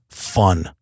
fun